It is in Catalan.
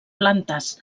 plantes